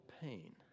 pain